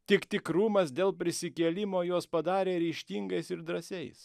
tik tikrumas dėl prisikėlimo juos padarė ryžtingais ir drąsiais